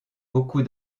beaucoup